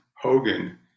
Hogan